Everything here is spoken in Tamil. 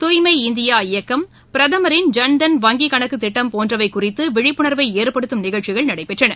தூய்மை இந்தியா இயக்கம் பிரதமரின் ஜன்தன் வங்கிக்கணக்குத் திட்டம் போன்றவை குறித்து விழிப்புணர்வை ஏற்படுத்தும் நிகழ்ச்சிகள் நடைபெற்றன